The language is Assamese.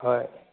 হয়